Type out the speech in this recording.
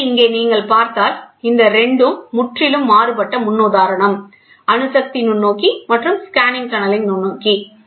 எனவே இங்கே நீங்கள் பார்த்தால் இந்த 2 முற்றிலும் மாறுபட்ட முன்னுதாரணம் அணு சக்தி நுண்ணோக்கி மற்றும் ஸ்கேனிங் டன்னலிங் நுண்ணோக்கி